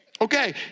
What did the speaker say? Okay